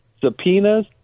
subpoenas